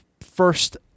first